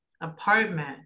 apartment